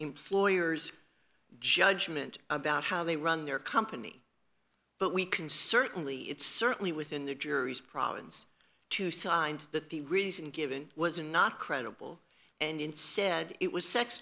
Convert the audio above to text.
employers judgment about how they run their company but we can certainly it's certainly within the jury's province to signed that the reason given was not credible and instead it was sex